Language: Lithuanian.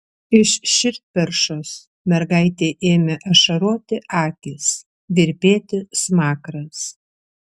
iš širdperšos mergaitei ėmė ašaroti akys virpėti smakras